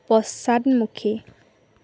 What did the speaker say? পশ্চাদমুখী